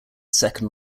second